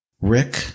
Rick